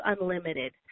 unlimited